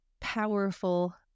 powerful